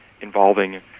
involving